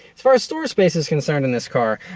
as far as storage space is concerned in this car.